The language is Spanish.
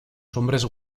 hombres